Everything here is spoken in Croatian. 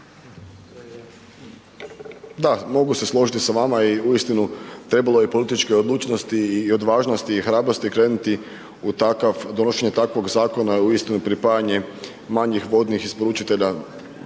Da, mogu se složiti sa vama i uistinu trebalo je političke odlučnosti i odvažnosti i hrabrosti krenuti u donošenje takvog zakona, uistinu pripajanjem manjih vodnih isporučitelja